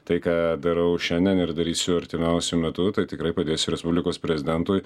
tai ką darau šiandien ir darysiu artimiausiu metu tai tikrai padės respublikos prezidentui